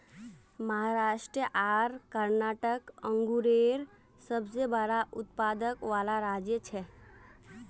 महाराष्ट्र आर कर्नाटक अन्गुरेर सबसे बड़ा उत्पादक वाला राज्य छे